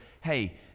hey